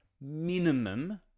minimum